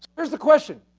here's the question.